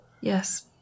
Yes